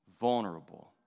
vulnerable